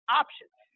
options